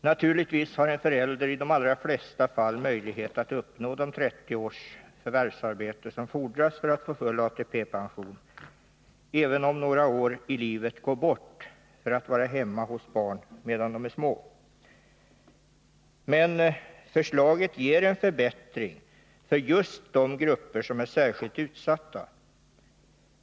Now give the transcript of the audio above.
Naturligtvis har en förälder i de allra flesta fall möjlighet att uppnå de 30 års förvärvsarbete som fordras för att få full ATP, även om man missar några års förvärvsarbete för att vara hemma hos barnen då dessa är små. Förslaget innebär en förbättring för just de grupper som är särskilt utsatta.